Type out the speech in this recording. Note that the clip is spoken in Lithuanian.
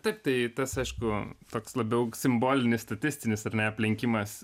taip tai tas aišku toks labiau simbolinis statistinis ar ne aplenkimas